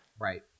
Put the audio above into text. Right